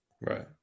right